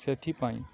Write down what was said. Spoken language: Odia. ସେଥିପାଇଁ